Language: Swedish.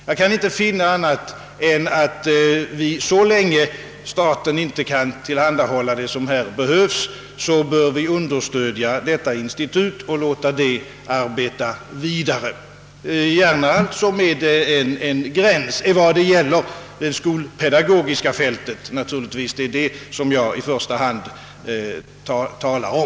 Jag kan inte finna annat än att vi, så länge staten inte kan tillhandahålla det som här behövs, bör understödja institutet och låta det arbeta vidare, gärna med en viss begränsning till det skolpedagogiska fältet — det är detta jag i första hand talar om.